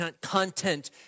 content